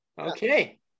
Okay